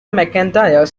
mcentire